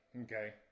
okay